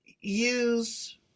use